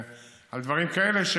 ועל דברים כאלה,